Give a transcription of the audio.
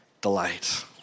delight